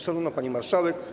Szanowna Pani Marszałek!